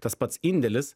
tas pats indėlis